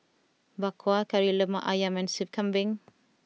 Bak Kwa Kari Lemak Ayam and Soup Kambing